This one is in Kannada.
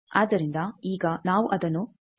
ಆದ್ದರಿಂದ ಈಗ ನಾವು ಅದನ್ನು ಎಸ್ ನಿಯತಾಂಕದಲ್ಲಿ ಹಾಕುತ್ತೇವೆ